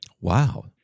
Wow